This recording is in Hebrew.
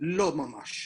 לא ממש.